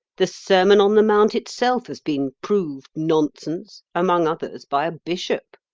the sermon on the mount itself has been proved nonsense among others, by a bishop.